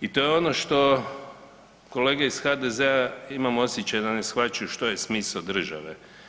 i to je ono što kolege iz HDZ-a imam osjećaj da ne shvaćaju što je smisao države.